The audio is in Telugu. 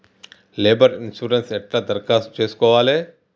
లేబర్ ఇన్సూరెన్సు ఎట్ల దరఖాస్తు చేసుకోవాలే?